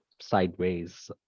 sideways